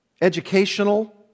educational